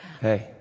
Hey